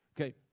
Okay